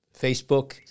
Facebook